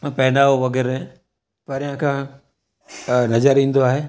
पहनावो वग़ैरह परिया खां नज़र ईंदो आहे